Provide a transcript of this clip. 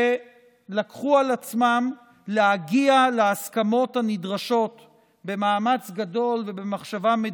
שלקחו על עצמם להגיע להסכמות הנדרשות במאמץ גדול ובמחשבה מדוקדקת,